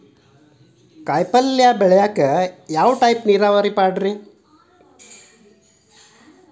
ಕಾಯಿಪಲ್ಯ ಬೆಳಿಯಾಕ ಯಾವ ಟೈಪ್ ನೇರಾವರಿ ಪಾಡ್ರೇ?